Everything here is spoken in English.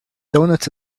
donuts